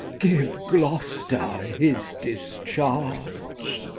give gloster his discharge.